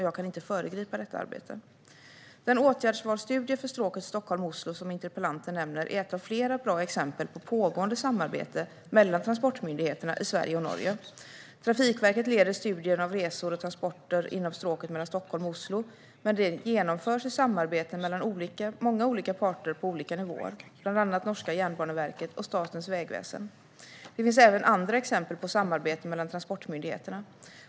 Jag kan inte föregripa detta arbete. Den åtgärdsvalsstudie för stråket Stockholm-Oslo som interpellanten nämner är ett av flera bra exempel på pågående samarbete mellan transportmyndigheterna i Sverige och Norge. Trafikverket leder studien av resor och transporter inom stråket mellan Stockholm och Oslo, men den genomförs i samarbete mellan många olika parter på olika nivåer, bland annat norska Jernbaneverket och Statens vegvesen. Det finns även andra exempel på samarbete mellan transportmyndigheterna.